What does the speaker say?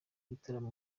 ibitaramo